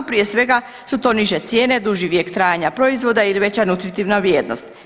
Prije svega su to niže cijene, duži vijek trajanja proizvoda ili veća nutritivna vrijednost.